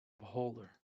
beholder